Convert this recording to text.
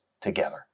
together